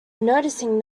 noticing